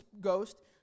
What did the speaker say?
Ghost